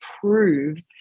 prove